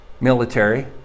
military